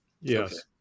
Yes